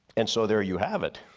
and so, there you have it.